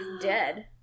dead